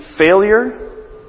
failure